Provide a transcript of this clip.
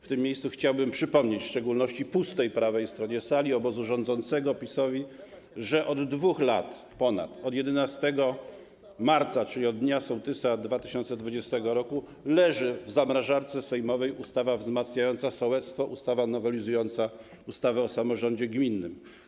W tym miejscu chciałbym przypomnieć, w szczególności pustej prawej stronie sali, obozu rządzącego, PiS-owi, że od ponad 2 lat, od 11 marca, czyli od dnia sołtysa, 2020 r. leży w zamrażarce sejmowej projekt ustawy wzmacniającej sołectwo, ustawy nowelizującej ustawę o samorządzie gminnym.